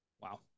Wow